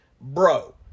bro